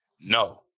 No